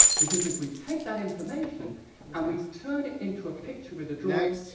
because if we take that information and we turn it into a picture with a drawing,